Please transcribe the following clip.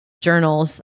journals